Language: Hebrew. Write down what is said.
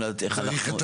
נמוך,